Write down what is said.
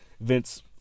Vince